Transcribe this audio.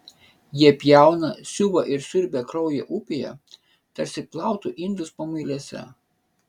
jie pjauna siuva ir siurbia kraujo upėje tarsi plautų indus pamuilėse